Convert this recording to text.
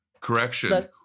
Correction